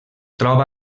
troba